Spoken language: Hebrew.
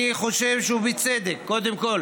אני חושב, ובצדק, קודם כול